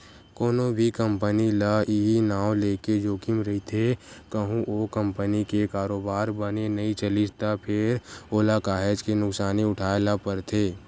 कोनो भी कंपनी ल इहीं नांव लेके जोखिम रहिथे कहूँ ओ कंपनी के कारोबार बने नइ चलिस त फेर ओला काहेच के नुकसानी उठाय ल परथे